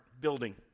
building